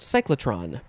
Cyclotron